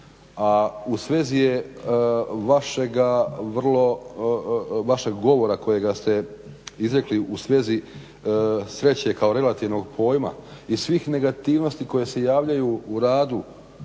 a u svezi je vašega govora kojeg ste izrekli u svezi sreće kao relativnog pojma i svih negativnosti koje se javljaju u radu